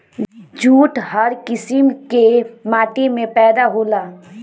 jute हर किसिम के माटी में पैदा होला